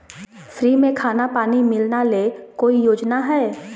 Free में खाना पानी मिलना ले कोइ योजना हय?